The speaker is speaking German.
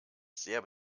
sehr